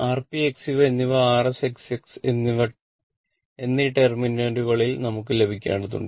RP XP എന്നിവ Rs Xs എന്നി ടെർമുകളിൽ നമുക്ക് ലഭിക്കേണ്ടതുണ്ട്